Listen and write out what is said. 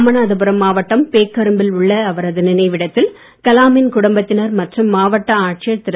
ராமநாதபுரம் மாவட்டம் பேக்கரும்பில் உள்ள அவரது நினைவிடத்தில் கலாமின் குடும்பத்தினர் மற்றும் மாவட்ட ஆட்சியர் திரு